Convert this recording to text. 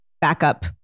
backup